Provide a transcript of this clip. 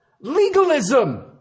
Legalism